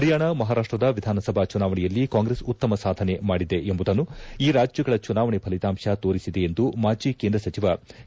ಪರಿಯಾಣ ಮಹಾರಾಷ್ಟದ ವಿಧಾನಸಭಾ ಚುನಾವಣೆಯಲ್ಲಿ ಕಾಂಗ್ರೆಸ್ ಉತ್ತಮ ಸಾಧನೆ ಮಾಡಿದೆ ಎಂಬುದನ್ನು ಈ ರಾಜ್ಯಗಳ ಚುನಾವಣೆ ಫಲಿತಾಂಶ ತೋರಿಸಿದೆ ಎಂದು ಮಾಜಿ ಕೇಂದ್ರ ಸಚಿವ ಕೆ